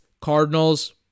Cardinals